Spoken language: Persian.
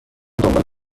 دنبال